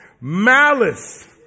malice